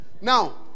Now